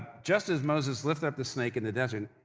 just as moses lifted up the snake in the desert,